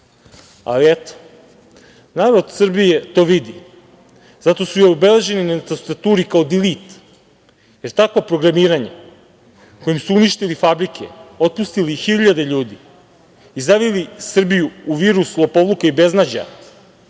zna. Narod Srbije to vidi, zato su i obeleženi na tastaturi kao „delete“, jer takvo programiranje kojim su uništili fabrike, otpustili hiljade ljudi i zavili Srbiju u virus lopovluka i beznađa